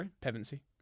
Pevensey